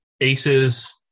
Aces